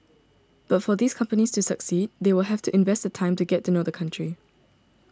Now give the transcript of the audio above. but for these companies to succeed they will have to invest the time to get to know the country